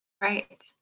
Right